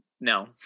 No